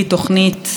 תוכנית,